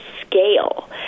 scale